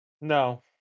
No